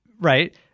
right